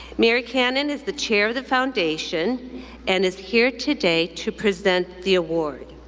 mary cannon is the chair of the foundation and is here today to present the award.